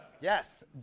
Yes